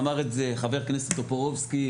אמר את זה חבר הכנסת טופורובסקי,